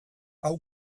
hau